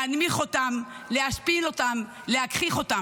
להנמיך אותן, להשפיל אותן, להגחיך אותן.